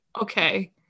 okay